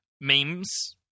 memes